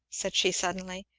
said she suddenly,